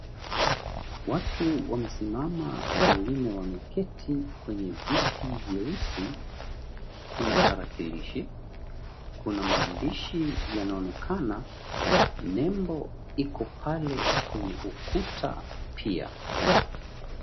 Watu wamesimama, wengine wameketi kwenye viti vyeusi, kuna tarakilishi, kuna maandishi yanaonekana, nembo iko pale kwenye ukuta pia.